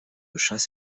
chasse